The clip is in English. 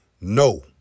no